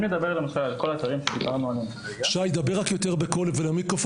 אם נדבר למשל על כל האתרים שדיברנו עליהם עכשיו,